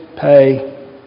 pay